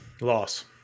Loss